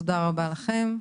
תודה רבה לכם,